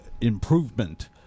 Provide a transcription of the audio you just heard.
improvement